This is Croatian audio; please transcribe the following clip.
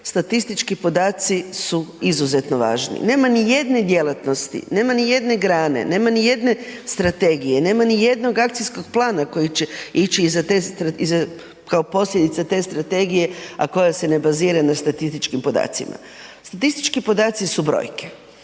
Statistički podaci su izuzetno važni, nema nijedne djelatnosti, nema ni jedne grane, nema ni jedne strategije, nema nijednog akcijskog plana koji će ići kao posljedica te strategije, a koja se ne bazira na statističkim podacima. Statistički podaci su brojke